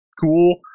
cool